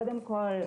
תכליתה,